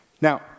Now